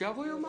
שיבוא ויאמר.